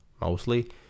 mostly